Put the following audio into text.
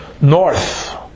north